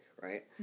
right